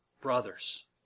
brothers